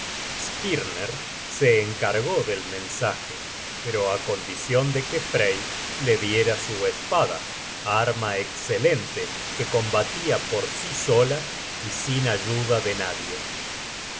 skirner se encargó del mensaje peroá condicion de que frey le diera su espada arma escelente que combatia por sí sola y sin ayuda de nadie